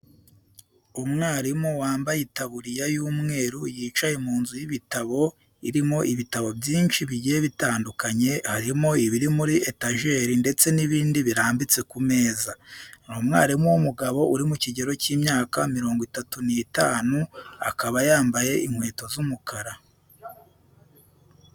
Umwarimu wambaye itaburiya y'umweru yicaye mu nzu y'ibitabo irimo ibitabo byinshi bigiye bitandukanye, harimo ibiri muri etajeri ndetse n'ibindi birambitse ku meza. Ni umwarimu w'umugabo uri mu kigero cy'imyaka mirongo itatu n'itanu akaba yambaye inkweto z'umukara.